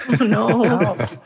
No